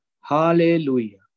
Hallelujah